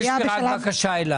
רק אז נבוא ונציג את הכלים.